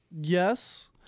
yes